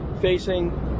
facing